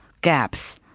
gaps